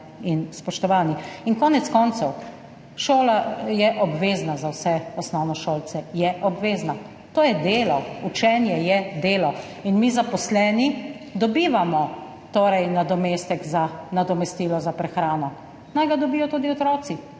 In konec koncev, šola je obvezna za vse osnovnošolce. Je obvezna. To je delo. Učenje je delo. In mi zaposleni dobivamo nadomestilo za prehrano, naj ga dobijo tudi otroci.